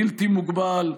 בלתי מוגבל,